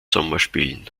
sommerspielen